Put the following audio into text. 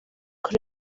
kuri